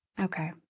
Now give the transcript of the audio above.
Okay